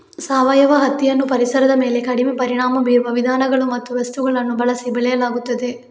ಸಾವಯವ ಹತ್ತಿಯನ್ನು ಪರಿಸರದ ಮೇಲೆ ಕಡಿಮೆ ಪರಿಣಾಮ ಬೀರುವ ವಿಧಾನಗಳು ಮತ್ತು ವಸ್ತುಗಳನ್ನು ಬಳಸಿ ಬೆಳೆಯಲಾಗುತ್ತದೆ